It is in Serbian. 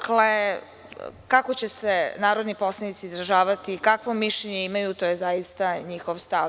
Kako će se narodni poslanici izražavati, kakvo mišljenje imaju, to je zaista njihov stav.